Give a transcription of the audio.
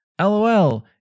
LOL